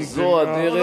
לא זו הדרך,